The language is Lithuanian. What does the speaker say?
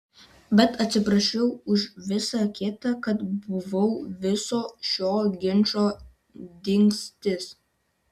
bet atsiprašiau už visa kita kad buvau viso šio ginčo dingstis